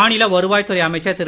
மாநில வருவாய் துறை அமைச்சர் திரு